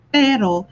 pero